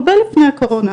הרבה לפני הקורונה,